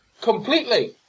Completely